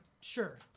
sure